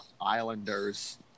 Islanders